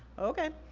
okay.